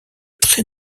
très